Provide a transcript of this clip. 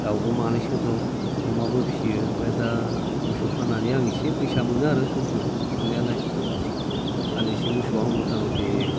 दाउबो मानैसो दं अमाबो फिसियो ओमफ्राय दा मोसौ फाननानै आङो एसे फैसा मोनो आरो सम सम मोननायालाय हालिसे मोसौआव मथा मथि